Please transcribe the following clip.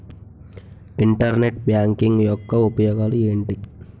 Internet banking యెక్క ఉపయోగాలు ఎంటి?